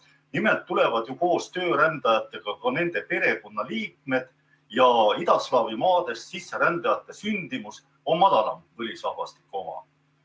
Nimelt tulevad koos töörändajatega ka nende perekonnaliikmed ja idaslaavi maadest sisserändajate sündimus on madalam kui põlisrahvastiku oma.